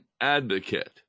advocate